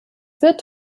wird